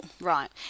Right